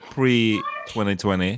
Pre-2020